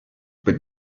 but